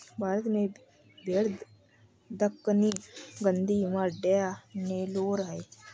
भारत में भेड़ दक्कनी, गद्दी, मांड्या, नेलोर है